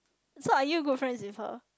so are you good friends with her